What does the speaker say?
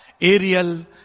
aerial